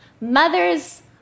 Mothers